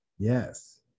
Yes